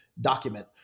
document